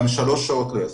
גם שלוש שעות לא יספיקו.